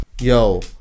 yo